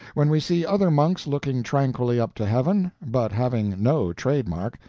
when we see other monks looking tranquilly up to heaven, but having no trade-mark,